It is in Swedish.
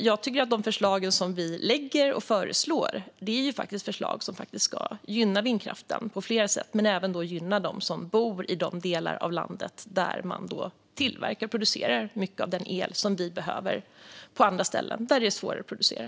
Jag tycker att de förslag som vi lägger fram är förslag som ska gynna vindkraften på flera sätt, och även gynna dem som bor i de delar av landet där man tillverkar och producerar mycket av den el som vi behöver på andra ställen där den är svårare att producera.